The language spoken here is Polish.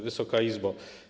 Wysoka Izbo!